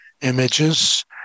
images